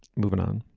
moving on